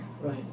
Right